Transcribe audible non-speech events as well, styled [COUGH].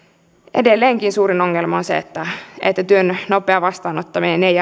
edelleenkin suurin ongelma on se että että työn nopea vastaanottaminen ei [UNINTELLIGIBLE]